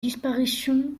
disparition